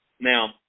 Now